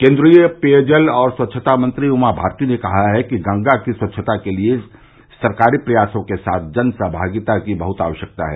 केन्द्रीय पेयजल और स्वच्छता मंत्री उमा भारती ने कहा है कि गंगा की स्वच्छता के लिए सरकारी प्रयासों के साथ जन सहमागिता की बह्त आवश्यकता है